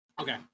Okay